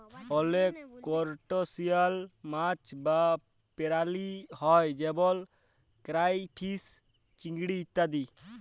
অলেক করসটাশিয়াল মাছ বা পেরালি হ্যয় যেমল কেরাইফিস, চিংড়ি ইত্যাদি